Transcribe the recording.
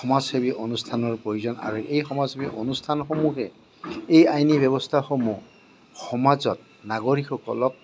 সমাজসেৱী অনুষ্ঠানৰ প্ৰয়োজন আৰু এই সমাজসেৱী অনুষ্ঠানসমূহে এই আইনী ব্যৱস্থাসমূহ সমাজত নাগৰিকসকলক